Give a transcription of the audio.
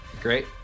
great